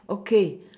okay